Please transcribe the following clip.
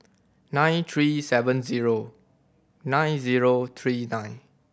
nine three seven zero nine zero three nine